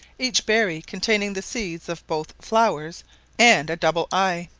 each berry containing the seeds of both flowers and a double eye.